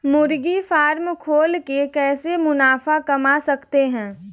मुर्गी फार्म खोल के कैसे मुनाफा कमा सकते हैं?